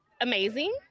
amazing